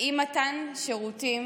אי-מתן שירותים